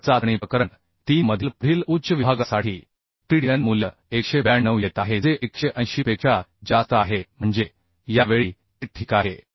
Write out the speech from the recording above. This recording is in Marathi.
तर चाचणी प्रकरण 3 मधील पुढील उच्च विभागासाठी TDN मूल्य 192 येत आहे जे 180 पेक्षा जास्त आहे म्हणजे यावेळी ते ठीक आहे